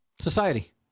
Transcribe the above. Society